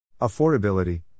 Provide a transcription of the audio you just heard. Affordability